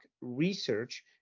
research